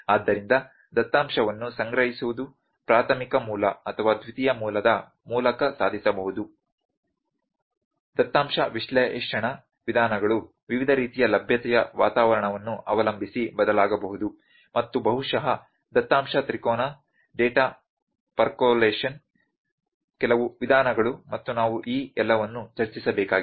ಆದ್ದರಿಂದ ದತ್ತಾಂಶವನ್ನು ಸಂಗ್ರಹಿಸುವುದು ಪ್ರಾಥಮಿಕ ಮೂಲ ಅಥವಾ ದ್ವಿತೀಯ ಮೂಲದ ಮೂಲಕ ಸಾಧಿಸಬಹುದು ದತ್ತಾಂಶ ವಿಶ್ಲೇಷಣಾ ವಿಧಾನಗಳು ವಿವಿಧ ರೀತಿಯ ಲಭ್ಯತೆಯ ವಾತಾವರಣವನ್ನು ಅವಲಂಬಿಸಿ ಬದಲಾಗಬಹುದು ಮತ್ತು ಬಹುಶಃ ದತ್ತಾಂಶ ತ್ರಿಕೋನ ಡೇಟಾ ಪರ್ಕೊಲೇಶನ್ ಕೆಲವು ವಿಧಾನಗಳು ಮತ್ತು ನಾವು ಈ ಎಲ್ಲವನ್ನು ಚರ್ಚಿಸಬೇಕಾಗಿದೆ